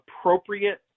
appropriate